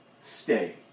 stay